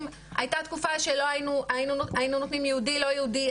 היתה תקופה שהיינו אומרים יהודי ולא יהודי,